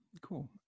Cool